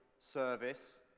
service